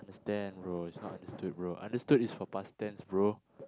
stand bro it's not understood bro understood is for past tense bro